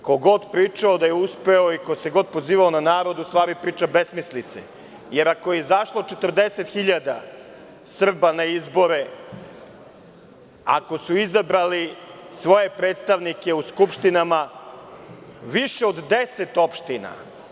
Ko god pričao da je uspeo i ko se god pozivao na narod u stvari priča besmislice, jer ako je izašlo 40.000 Srba na izbore, ako su izabrali svoje predstavnike u skupštinama više od 10 opština.